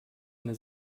eine